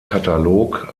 katalog